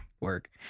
Work